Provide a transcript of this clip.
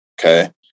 okay